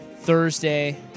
Thursday